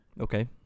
okay